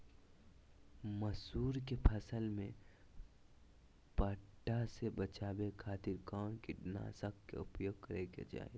मसूरी के फसल में पट्टा से बचावे खातिर कौन कीटनाशक के उपयोग करे के चाही?